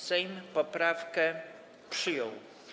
Sejm poprawkę przyjął.